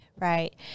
Right